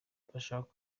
turashaka